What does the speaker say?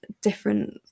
different